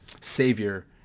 savior